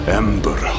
ember